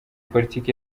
politike